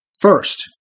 First